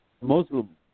Muslim